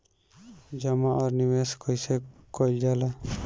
जमा और निवेश कइसे कइल जाला?